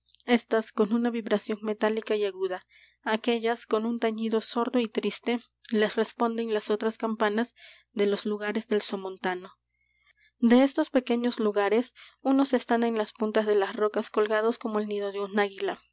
éstas con una vibración metálica y aguda aquéllas con un tañido sordo y triste les responden las otras campanas de los lugares del somontano de estos pequeños lugares unos están en las puntas de las rocas colgados como el nido de un águila